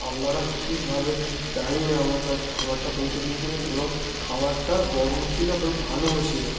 আপনারা ঠিকভাবে ঠিক টাইমে আমার কাছে খাবারটা পৌঁছে দিয়েছিলেন এবং খাবারটা গরম ছিলো আবার ভালোও ছিলো